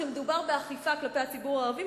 כשמדובר באכיפה כלפי הציבור הערבי,